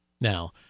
Now